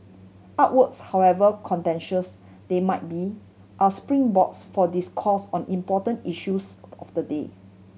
artworks however contentious they might be are springboards for discourse on important issues of the day